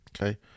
okay